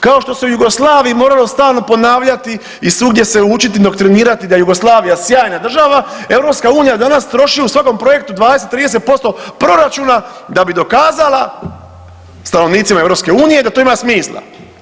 Kao što se u Jugoslaviji moralo stalno ponavljati i svugdje se učiti, indoktrinirati da je Jugoslavija sjajna država EU danas troši u svakom projektu 20, 30% proračuna da bi dokazala stanovnicima EU da to ima smisla.